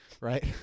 right